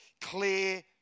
Clear